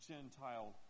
Gentile